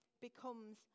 becomes